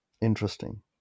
Interesting